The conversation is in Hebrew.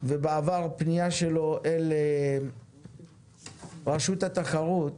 ובעבר פנייה שלו אל רשות התחרות.